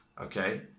Okay